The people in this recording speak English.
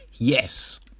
yes